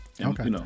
Okay